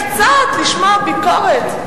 קצת לשמוע ביקורת.